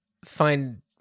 find